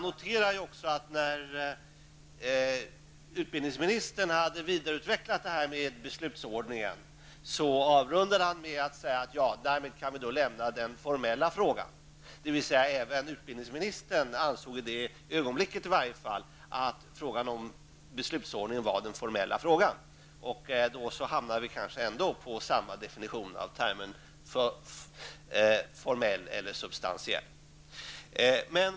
När utbildningsministern hade vidareutvecklat resonemanget om beslutsordningen avrundade han med att säga: Ja, därmed kan vi då lämna den formella frågan. I varje fall i det ögonblicket ansåg även utbildningsministern att frågan om beslutsordningen var den formella frågan. Därmed hamnar vi kanske ändå på samma definition av begreppen ''formell'' och ''substantiell''.